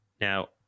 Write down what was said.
Now